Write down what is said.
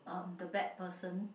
um the bad person